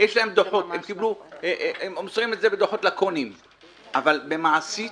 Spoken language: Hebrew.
הם מוסרים דוחות לקוניים אבל מעשית